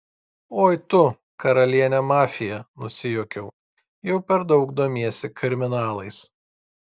oi tu karaliene mafija nusijuokiau jau per daug domiesi kriminalais